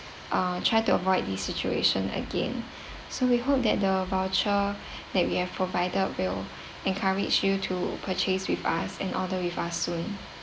uh try to avoid this situation again so we hope that the voucher that we have provided will encourage you to purchase with us and order with us soon